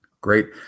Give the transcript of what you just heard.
Great